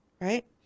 right